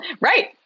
right